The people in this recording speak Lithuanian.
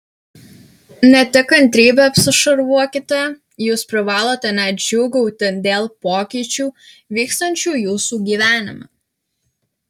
ne tik kantrybe apsišarvuokite jūs privalote net džiūgauti dėl pokyčių vykstančių jūsų gyvenime